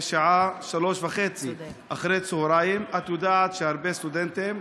השעה 15:30. את יודעת שהרבה סטודנטים,